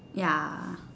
ya